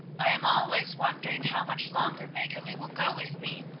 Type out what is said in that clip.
i am always wondering how much longer maggerli will go with me.